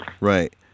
right